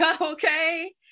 okay